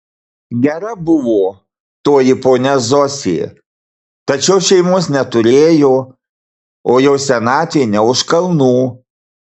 gera buvo toji ponia zosė tačiau šeimos neturėjo o jau senatvė ne už kalnų